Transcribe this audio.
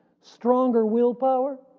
stronger willpower?